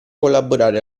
collaborare